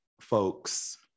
folks